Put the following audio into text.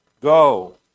Go